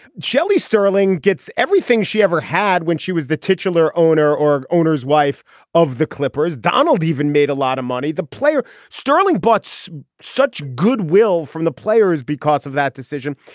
shelly sterling gets everything she ever had when she was the titular owner or owners wife of the clippers. donald even made a lot of money the player sterling bots such goodwill from the players because of that decision.